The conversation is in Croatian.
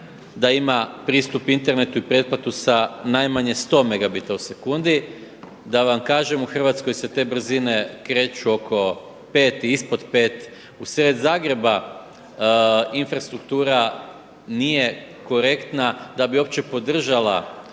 da ima pristup internetu i pretplatu sa najmanje 100 megabita u sekundi da vam kažem u Hrvatskoj se te brzine kreću oko 5 i ispod 5. Usred Zagreba infrastruktura nije korektna da bi uopće podržala